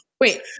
Wait